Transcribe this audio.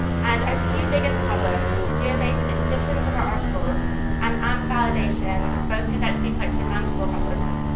and our two biggest problems geo based editions of our articles and amp validation both turned out to be quite surmountable problems.